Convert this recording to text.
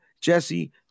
Jesse